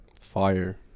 Fire